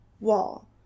wall